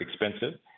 expensive